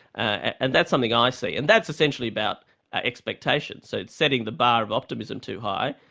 and that's something i see. and that's essentially about expectations, so it's setting the bar of optimism too high,